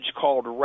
called